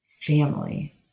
family